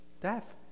death